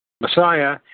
Messiah